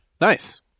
Nice